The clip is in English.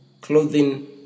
clothing